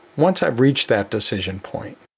once i've reached that decision point?